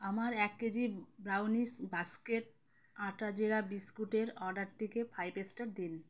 আমার এক KG brownies basket আটা জিরা বিস্কুটের অর্ডারটিকে ফাইভ স্টার দিন